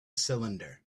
cylinder